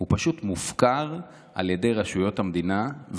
פשוט מופקר על ידי רשויות המדינה.